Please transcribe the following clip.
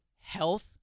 health